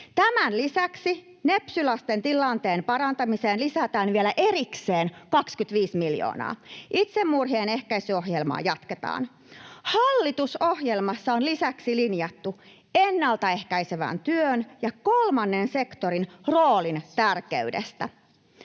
Tämän lisäksi nepsy-lasten tilanteen parantamiseen lisätään vielä erikseen 25 miljoonaa. Itsemurhien ehkäisyohjelmaa jatketaan. Hallitusohjelmassa on lisäksi linjattu ennalta ehkäisevän työn ja kolmannen sektorin roolin tärkeydestä.